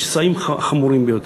יש שסעים חמורים ביותר.